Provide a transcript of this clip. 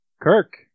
Kirk